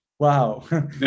Wow